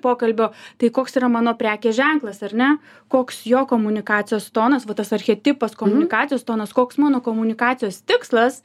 pokalbio tai koks yra mano prekės ženklas ar ne koks jo komunikacijos tonas va tas archetipas komunikacijos tonas koks mano komunikacijos tikslas